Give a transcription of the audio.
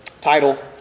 title